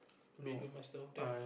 been